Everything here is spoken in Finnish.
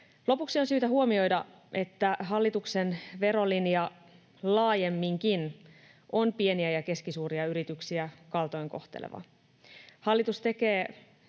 Lopuksi on syytä huomioida, että hallituksen verolinja laajemminkin on pieniä ja keskisuuria yrityksiä kaltoinkohteleva. Hallitus tekee